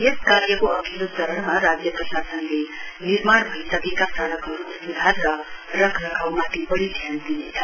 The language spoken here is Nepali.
यस कार्यको अधिल्लो चरणमा राज्य प्रशासनले निर्माण भइसकेका सड़कहरूको स्धार र रखरखाउमाथि बढ़ी ध्यान दिनेछ